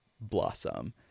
blossom